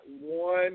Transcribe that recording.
one